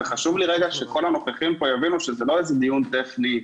חשוב לי רגע שכל הנוכחים פה יבינו שזה לא איזה דיון טכני,